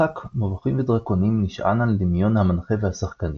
משחק מו"ד נשען על דמיון המנחה והשחקנים,